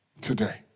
today